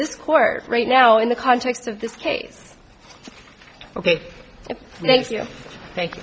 this court right now in the context of this case ok thank you thank you